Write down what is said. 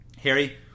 harry